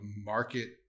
market